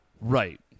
Right